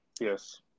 yes